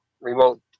remote